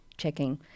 checking